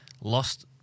lost